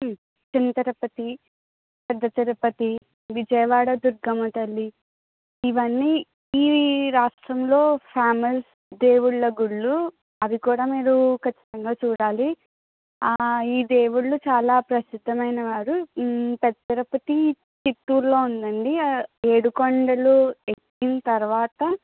చిన్న తిరుపతి పెద్ద తిరుపతి విజయవాడ దుర్గమ్మ తల్లి ఇవన్నీ ఈ రాష్ట్రంలో ఫేమస్ దేవుళ్ళ గుళ్లు అవి కూడా మీరు ఖచ్చితంగా చూడాలి ఈ దేవుళ్ళు చాలా ప్రసిద్ధమైన వారు పెద్ద తిరుపతి చిత్తూరులో ఉందండి ఏడుకొండలు ఎక్కిన తరవాత